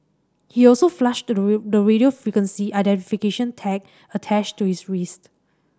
he also flushed the radio frequency identification tag attached to his wrist